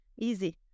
easy